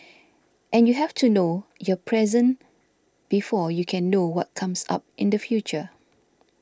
and you have to know your present before you can know what comes up in the future